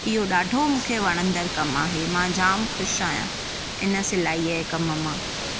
इहो ॾाढो मूंखे वणदड़ कमु आहे मां जाम ख़ुशि आहियां इन सिलाईअ जे कम मां